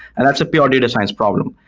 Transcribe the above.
and that's a pure data science problem.